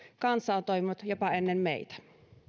on toiminut jopa ennen meitä